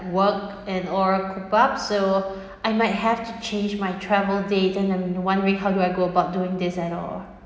work and all cropped up so I might have to change my travel date and I'm wondering how do I go about doing this at all